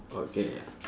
okay